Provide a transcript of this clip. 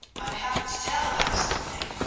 i have to tell about something,